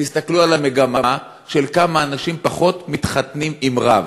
תסתכלו על המגמה של כמה פחות אנשים מתחתנים עם רב,